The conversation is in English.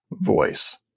voice